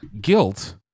guilt